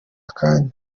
akanya